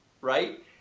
right